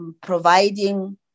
providing